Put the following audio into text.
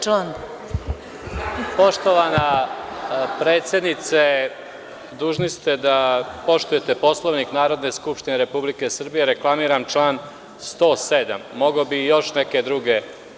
Poštovana predsednice, dužni ste da poštujete Poslovnik Narodne skupštine Republike Srbije, reklamiram član 107. a mogao bih još neke druge.